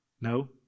No